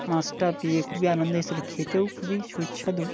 মাছটা পেয়ে খুবই আনন্দ হয়েছিল খেতেও খুবই সুস্বাদু